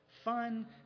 fun